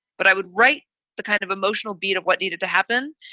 but i would write the kind of emotional beat of what needed to happen.